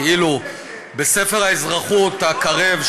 כאילו בספר האזרחות הקרוב,